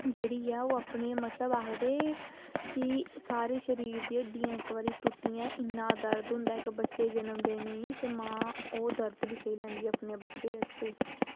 जेह्ड़ी ओह् अपने मतलब आक्खदे कि सारे शरीर दियां हड्डियां टुटी जान ते इन्ना दर्द होंदा बच्चे गी जन्म देने गी ते मां ओह् दर्द हबी सह लैंदी ऐ अपने बच्चे ताहीं